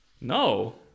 No